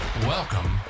Welcome